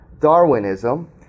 Darwinism